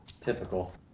Typical